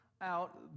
out